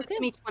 Okay